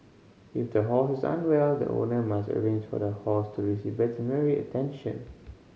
if the horse is unwell the owner must arrange for the horse to receive veterinary attention